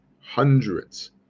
hundreds